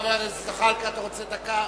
חבר הכנסת זחאלקה, אתה רוצה דקה?